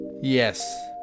Yes